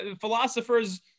philosophers